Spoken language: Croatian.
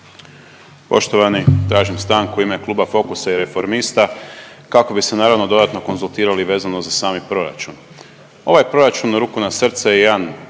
Poštovani, tražim stanku u ime kluba Fokusa i Reformista kako bi se naravno dodatno konzultirali vezano za sami proračun. Ovaj proračun ruku na srce je jedan